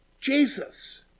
Jesus